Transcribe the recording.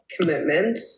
commitment